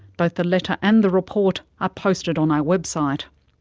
both the letter and the report are posted on our website.